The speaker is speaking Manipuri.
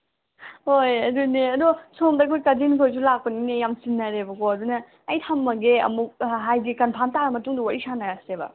ꯍꯣꯏ ꯑꯗꯨꯅꯦ ꯑꯗꯣ ꯁꯣꯝꯗ ꯑꯩꯈꯣꯏ ꯀꯖꯤꯟꯈꯣꯏꯁꯨ ꯂꯥꯛꯄꯅꯤꯅ ꯌꯥꯝ ꯆꯤꯟꯅꯔꯦꯕꯀꯣ ꯑꯗꯨꯅ ꯑꯩ ꯊꯝꯃꯒꯦ ꯑꯃꯨꯛ ꯍꯥꯏꯗꯤ ꯀꯟꯐꯥꯝ ꯇꯥꯔ ꯃꯇꯨꯡꯗ ꯋꯥꯔꯤ ꯁꯥꯟꯅꯔꯁꯦꯕ